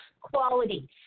quality